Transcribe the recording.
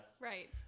Right